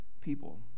people